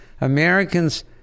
Americans